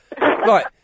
Right